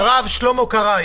בבקשה.